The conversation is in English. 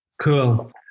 cool